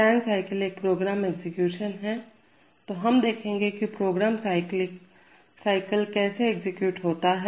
scan cycle एक program execution है तो हम देखेंगे कि प्रोग्राम साइकिल कैसे एग्जीक्यूट होता है